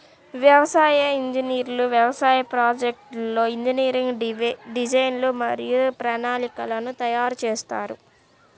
వ్యవసాయ ఇంజనీర్లు వ్యవసాయ ప్రాజెక్ట్లో ఇంజనీరింగ్ డిజైన్లు మరియు ప్రణాళికలను తయారు చేస్తారు